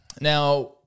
Now